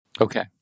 Okay